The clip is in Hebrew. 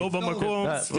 במקום.